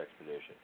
expedition